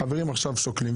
החברים עכשיו שוקלים,